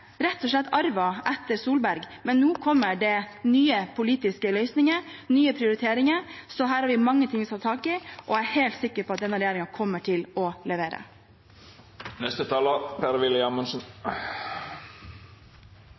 rett og slett arven etter Solberg. Men nå kommer det nye politiske løsninger, nye prioriteringer. Vi har mange ting å ta tak i, og jeg er helt sikker på at denne regjeringen kommer til å